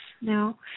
No